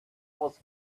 was